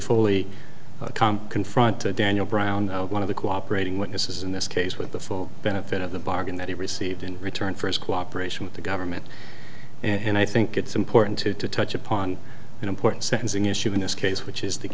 come confront to daniel brown one of the cooperating witnesses in this case with the full benefit of the bargain that he received in return for his cooperation with the government and i think it's important to to touch upon an important sentencing issue in this case which is the